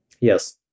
Yes